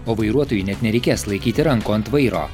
o vairuotojui net nereikės laikyti rankų ant vairo